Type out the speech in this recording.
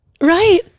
Right